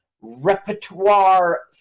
repertoire